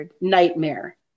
nightmare